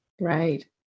Right